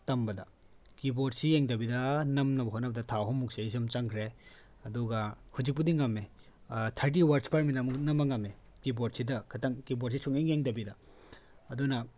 ꯇꯝꯕꯗ ꯀꯤꯕꯣꯔꯠꯁꯤ ꯌꯦꯡꯗꯕꯤꯗ ꯅꯝꯅꯕ ꯍꯣꯠꯅꯕꯗ ꯊꯥ ꯑꯍꯨꯝ ꯃꯨꯛꯁꯦ ꯑꯩ ꯁꯨꯝ ꯆꯪꯈ꯭ꯔꯦ ꯑꯗꯨꯒ ꯍꯧꯖꯤꯛꯄꯨꯗꯤ ꯉꯝꯃꯦ ꯊꯥꯔꯇꯤ ꯋꯥꯔꯠꯁ ꯄꯔ ꯃꯤꯅꯠ ꯃꯨꯛ ꯅꯝꯕ ꯉꯝꯃꯦ ꯀꯤꯕꯣꯔꯠꯁꯤꯗ ꯈꯛꯇꯪ ꯀꯤꯕꯣꯔꯠꯁꯦ ꯁꯨꯡꯌꯦꯡ ꯌꯦꯡꯗꯕꯤꯗ ꯑꯗꯨꯅ